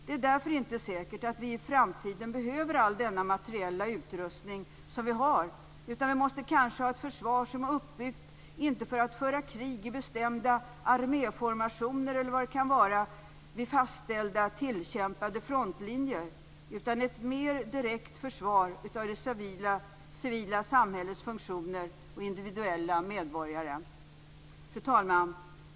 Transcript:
Det är därför inte säkert att vi i framtiden behöver all den materiella utrustning som vi har, utan vi måste kanske ha ett försvar som är uppbyggt, inte för att föra krig i bestämda arméformationer eller vad det kan vara vid fastställda tillkämpade frontlinjer, utan ett mer direkt försvar av det civila samhällets funktioner och individuella medborgare. Fru talman!